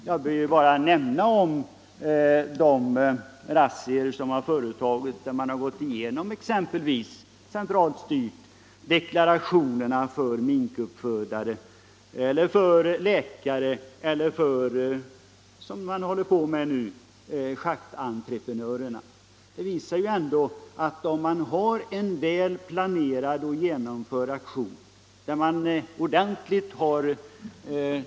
Jag behöver bara nämna de razzior som har företagits där man centralt styrt har gått igenom deklarationerna för minkuppfödare, för läkare eller för — vilket man nu håller på med — schaktentreprenörer. Det visar att om man har en väl planerad och genomförd aktion ger den resultat.